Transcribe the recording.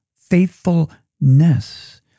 faithfulness